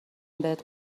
بهت